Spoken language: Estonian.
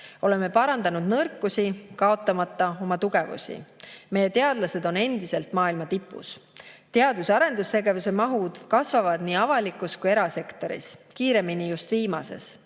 Oleme parandanud nõrkusi, kaotamata oma tugevusi. Meie teadlased on endiselt maailma tipus. Teadus- ja arendustegevuse mahud kasvavad nii avalikus kui ka erasektoris – kiiremini just viimases.